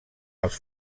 els